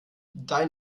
dein